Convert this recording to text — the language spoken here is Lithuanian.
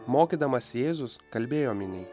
mokydamas jėzus kalbėjo miniai